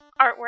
artwork